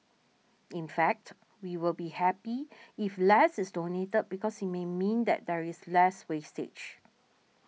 in fact we will be happy if less is donated because it may mean that there is less wastage